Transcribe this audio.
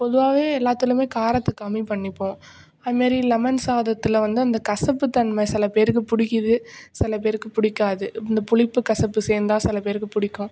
பொதுவாகவே எல்லாத்திலயுமே காரத்தை கம்மிப் பண்ணிப்போம் அதுமாதிரி லெமன் சாதத்தில் வந்து அந்த கசப்புத் தன்மை சில பேருக்குப் பிடிக்கிது சில பேருக்கு பிடிக்காது இந்த புளிப்பு கசப்பு சேர்ந்தா சில பேருக்கு பிடிக்கும்